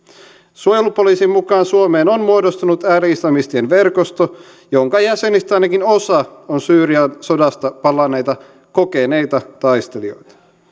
suojelupoliisin mukaan suomeen on muodostunut ääri islamistien verkosto jonka jäsenistä ainakin osa on syyrian sodasta palanneita kokeneita taistelijoita